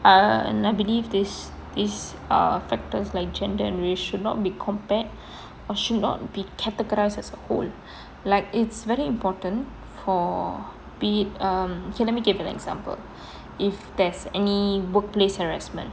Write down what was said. and I believe this is ah factors like gender and race should not be compared or should not be categorised as a whole like it's very important for be it let me give you an example if there's any workplace harassment